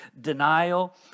Denial